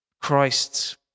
Christ